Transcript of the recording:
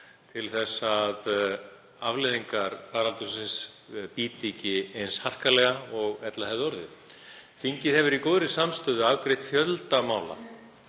til þess að afleiðingar faraldursins bíti ekki eins harkalega og ella hefði orðið. Þingið hefur í góðri samstöðu afgreitt fjölda mála